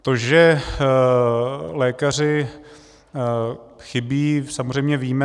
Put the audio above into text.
To, že lékaři chybí, samozřejmě víme.